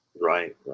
Right